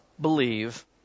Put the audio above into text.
believe